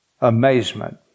amazement